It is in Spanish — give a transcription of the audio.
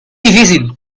difícil